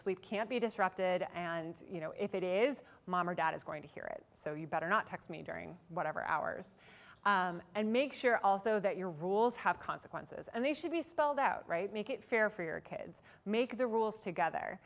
sleep can't be disrupted and you know if it is mom or dad is going to hear it so you better not text me during whatever hours and make sure also that your rules have consequences and they should be spelled out right make it fair for your kids make the rules